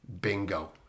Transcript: Bingo